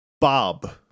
Bob